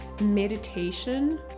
Meditation